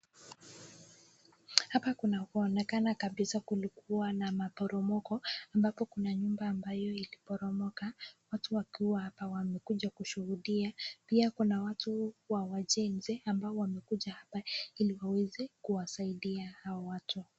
Hapa kunaonekana kabisa kulikuwa na maporomoko ambapo kuna nyumba ambayo iliporomoka. Watu wakiwa hapa wamekuja kushuhudia, pia kuna watu wa wajenzi ambao wamekuja hapa ili waweze kuwasaidia hao watu.